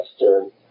Western